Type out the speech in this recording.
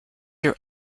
their